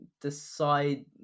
decide